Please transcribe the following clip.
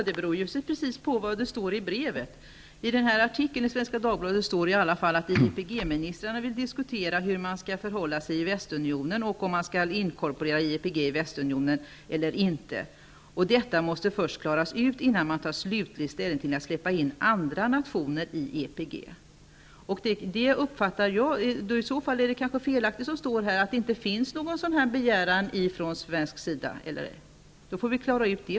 Herr talman! Det beror på vad som står i brevet. I artikeln i Svenska Dagbladet står det att IEPG-ministrarna vill diskutera hur man skall förhålla sig till Västeuropiska Unionen och om IEPG skall inkorporeras i den eller inte. Detta måste klaras ut, framhålls det, innan man tar slutlig ställning till frågan om att släppa in andra nationer i IEPG. Det är kanske i så fall felaktigt, som det står här, att det finns en sådan begäran från svensk sida. Låt oss först klara ut det.